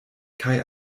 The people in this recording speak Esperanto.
kaj